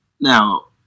Now